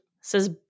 says